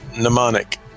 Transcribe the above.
mnemonic